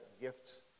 gifts